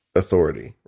authority